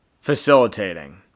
Facilitating